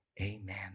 Amen